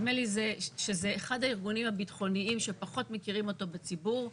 נדמה לי שזה אחד הארגונים הביטחוניים שפחות מכירים אותו בציבור,